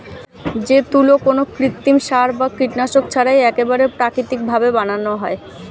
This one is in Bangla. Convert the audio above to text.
যে তুলো কোনো কৃত্রিম সার বা কীটনাশক ছাড়াই একেবারে প্রাকৃতিক ভাবে বানানো হয়